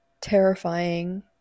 terrifying